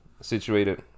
situated